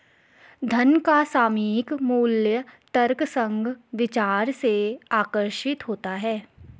धन का सामयिक मूल्य तर्कसंग विचार से आकर्षित होता है